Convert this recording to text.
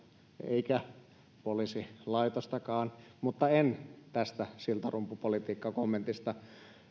eikä poliisilaitostakaan mutta en tästä siltarumpupolitiikkakommentista